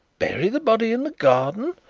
bury the body in the garden,